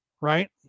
right